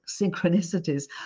synchronicities